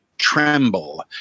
Tremble